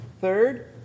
Third